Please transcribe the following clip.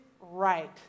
right